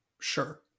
Sure